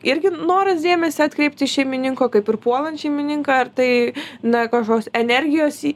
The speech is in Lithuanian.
irgi noras dėmesį atkreipti šeimininko kaip ir puolant šeimininką ar tai na kažkoks energijos į